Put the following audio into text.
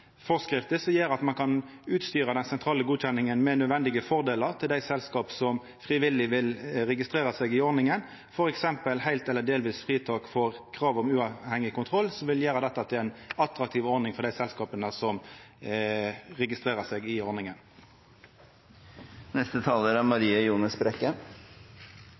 forskrifter som gjer at ein kan utstyra den sentrale godkjenninga med nødvendige fordelar til dei selskapa som frivillig vil registrera seg i ordninga, f.eks. heilt eller delvis fritak for kravet om uavhengig kontroll, som vil gjera dette til ei attraktiv ordning for dei selskapa som registrerer seg i